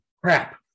Crap